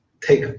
take